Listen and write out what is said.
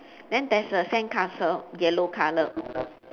then there's a sandcastle yellow colour